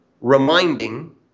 reminding